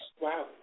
Wow